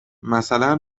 مثلا